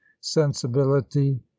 sensibility